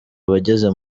abageze